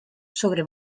sobre